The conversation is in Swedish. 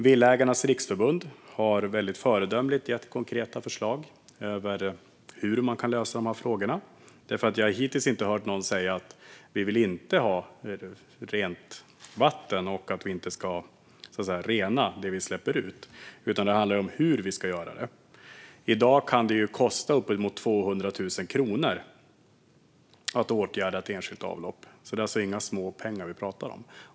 Villaägarnas Riksförbund har väldigt föredömligt gett konkreta förslag om hur man kan lösa de här frågorna. Jag har hittills inte hört någon säga: Vi vill inte ha rent vatten, och vi ska inte rena det vi släpper ut. Det handlar om hur det ska göras. I dag kan det kosta uppemot 200 000 kronor att åtgärda ett enskilt avlopp. Det är alltså inga småpengar vi pratar om.